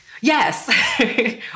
Yes